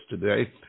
today